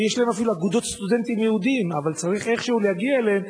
ואפילו שיש להם אגודות סטודנטים יהודים צריך איכשהו להגיע אליהם,